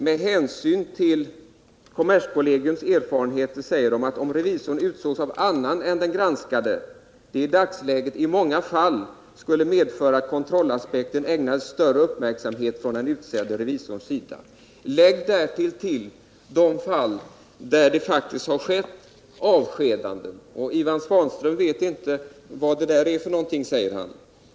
Med hänsyn till kommerskollegiums erfarenheter säger man att om revisorerna utsågs av annan än den granskade, skulle det i dagsläget i många fall medföra att kontrollaspekten ägnades större uppmärksamhet från den utsedde revisorns sida. Lägg därtill de fall där det faktiskt har skett avskedanden! Ivan Svanström vet inte vad det är för någonting, säger han.